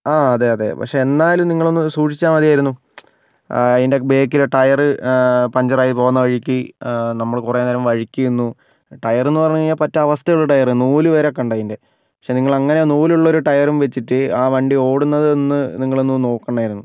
ആ അതെ അതെ പക്ഷേ എന്നാലും നിങ്ങൾ ഒന്ന് സൂക്ഷിച്ചാൽ മതിയായിരുന്നു ആ അതിന്റെ ബാക്കിലെ ടയർ പഞ്ചർ ആയി പോകുന്ന വഴിക്ക് നമ്മൾ കുറേ നേരം വഴിക്ക് നിന്നു ടയർ എന്ന് പറഞ്ഞു കഴിഞ്ഞാൽ പറ്റ അവസ്ഥയുള്ള ടയർ നൂലുവരെ കണ്ടു അതിൻ്റെ പക്ഷേ നിങ്ങൾ അങ്ങനെ നൂല് ഉള്ളൊരു ടയറും വെച്ചിട്ട് ആ വണ്ടി ഓടുന്നത് ഒന്ന് നിങ്ങൾ ഒന്ന് നോക്കണമായിരുന്നു